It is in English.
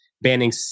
banning